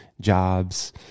jobs